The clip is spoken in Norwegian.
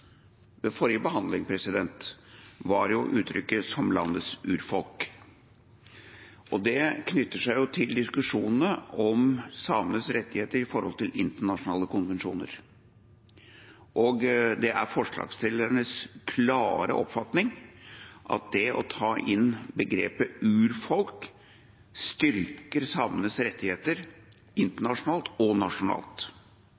ved forrige behandling, var uttrykket «som landets urfolk», og det knytter seg til diskusjonene om samenes rettigheter etter internasjonale konvensjoner. Det er forslagsstillernes klare oppfatning at det å ta inn begrepet «urfolk» styrker samenes rettigheter